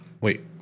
wait